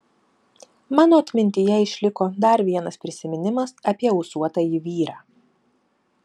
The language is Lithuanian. mano atmintyje išliko dar vienas prisiminimas apie ūsuotąjį vyrą